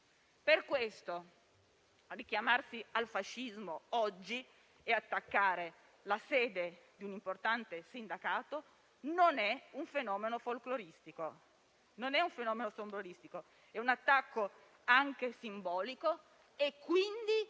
Per questo, richiamarsi al fascismo oggi e attaccare la sede di un importante sindacato non è un fenomeno folkloristico, ma è un attacco anche simbolico ed è quindi dirimente